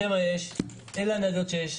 זה מה יש, אלה הניידות שיש.